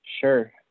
Sure